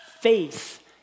Faith